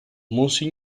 mons